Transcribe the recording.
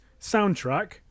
soundtrack